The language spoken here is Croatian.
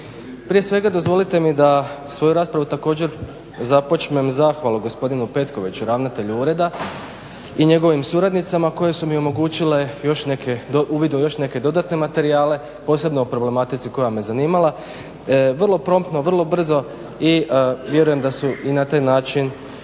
Prije svega, dozvolite mi da svoju raspravu također započnem zahvalu gospodinu Petkoviću ravnatelju ured i njegovim suradnicama koje su mi omogućile još neke, uvid u još neke dodatne materijale posebno o problematici koja me zanimala. Vrlo promptno, vrlo brzo i vjerujem da su i na taj način